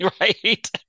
Right